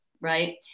right